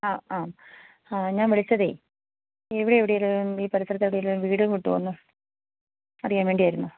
ആ ആ ഞാൻ വിളിച്ചത് ഇവിടെ എവിടെയെങ്കിലും ഈ പരിസരത്ത് എവിടെയെങ്കിലും വീട് കിട്ടുമോ എന്ന് അറിയാൻ വേണ്ടിയായിരുന്നു